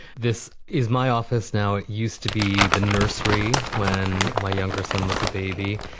this is my office now. it used to be the nursery when my younger son was a baby.